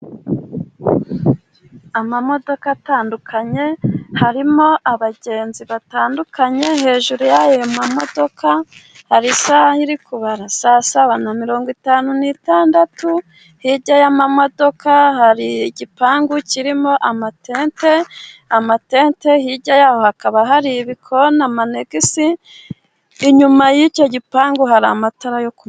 Amamodoka atandukanye harimo abagenzi batandukanye. Hejuru y'ayo mamodoka hari isaha iri kubara saa saba na mirongo itanu n'itandatu. Hirya y'amamodoka hari igipangu kirimo amatente, amatente hirya yoho hakaba hari ibikoni amanegisi, inyuma y'icyo gipangu hari amatara yo ku muhanda.